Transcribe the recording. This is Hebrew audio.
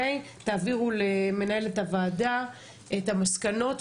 תעבירו למנהלת הוועדה את המסקנות,